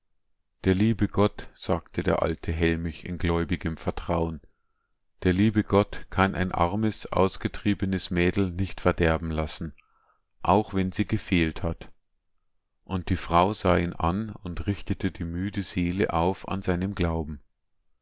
der liebe gott sagte der alte hellmich in gläubigem vertrauen der liebe gott kann ein armes ausgetriebenes mädel nicht verderben lassen auch wenn sie gefehlt hat und die frau sah ihn an und richtete die müde seele auf an seinem glauben